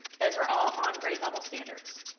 those are all on grade level standards.